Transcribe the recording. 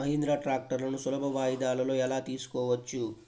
మహీంద్రా ట్రాక్టర్లను సులభ వాయిదాలలో ఎలా తీసుకోవచ్చు?